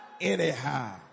anyhow